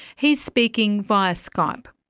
he's speaking via skype.